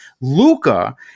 Luca